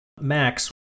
Max